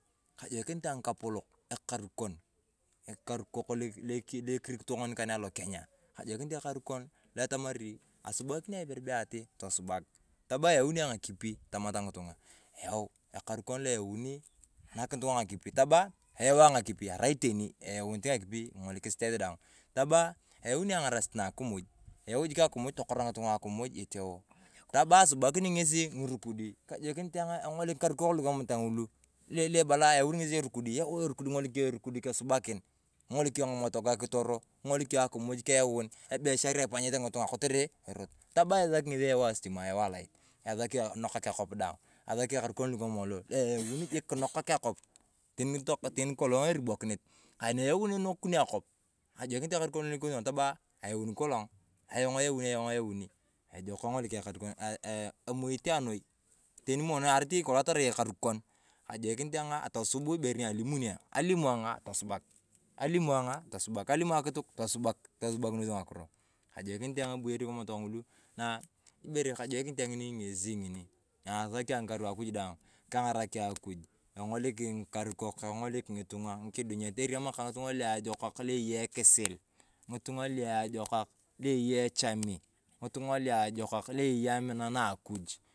Kajokinit ayong ng'akapolok ekarikon kon, ng’ikariko lu kirikito ng’oni kane alokenya. Kajokinit ayong ekarikon lo etamarii asubakini ayong ibere bee atii, tosubak. Ayauni ayong ng'akipi tomataa ng'itung'a yau, ekarikon lo ayaun ng'akipi tomataa ng'itung'a, ayau ayong ng'akipi arai iteni eyaunit ng'akipi king'olik ees daang. Tamaa ayaun ang’arasit na akimuj, ayau jik akimuj tokora ng'itung'a akimuj iteo. Tamaa asubakini ng'esi erukudi kajokinit ayong eng'olik ng'ikariko kamaa ta ng’ulu, lo ebala ayaun ng'esi eruundi, king'olik yong erukudi asabukin, king’oliu yong ngatogae kitoro, king’olik yong akimuj keyaun, ng’ibeshere ipanyete ng’itung'a kotere erot. Tamaa asaki ng’esi ayau asitima ama alait asaki enokaak akop teni kolong eribokini ani eyauni enokuni akop, kajokinit ayong ekarikon tamaa ayauni kolong ayong ayauni ejooko eeh kimuit ayong noi. Teni mono arai ayong atarai ekarikon, kajokinit ayong atosun ibere ni alimun ayong alimu ayong atosubak, alitumu akituk tosubak, tosubakinos ng’akiro, kajokinit ayong eboyer kamaa ng’ulu na ibere kajokinit ayong ng’ini ng'esi ng’ini. Naa, asaki ayong ng’ikaar akuje daang keng’arak akuj eng’olik ng'ikariko, eng'olik ng'itung'a, eriamaa kaa ng'itung'a luajokak lu eyei ekisil, luajokokak lu eyei echami, ng'itung'a luajokak lu eyei amina na akuj.